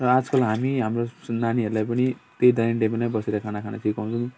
र आजकल हामी हाम्रो सु नानीहरूलाई पनि त्यही डाइनिङ टेबलमा बसेर खाना खानु सिकाउँछौँ